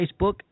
Facebook